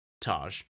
Taj